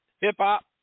hip-hop